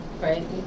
right